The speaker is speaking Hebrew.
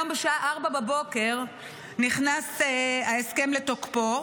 היום בשעה 04:00 נכנס ההסכם לתוקפו.